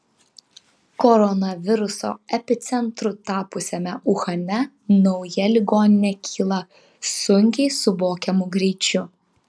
koronaviruso epicentru tapusiame uhane nauja ligoninė kyla sunkiai suvokiamu greičiu